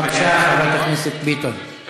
בבקשה, חברת הכנסת ביטון.